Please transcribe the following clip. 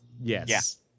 Yes